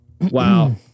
Wow